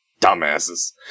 dumbasses